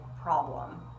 problem